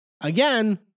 Again